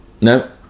No